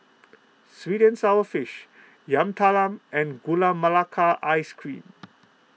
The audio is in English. Sweet and Sour Fish Yam Talam and Gula Melaka Ice Cream